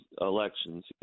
elections